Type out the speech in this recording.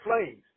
flames